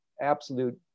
absolute